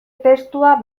testua